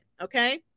Okay